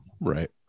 right